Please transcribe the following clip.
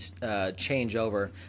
changeover